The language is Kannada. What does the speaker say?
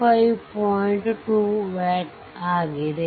2 watt ಆಗಿದೆ